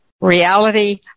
reality